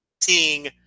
seeing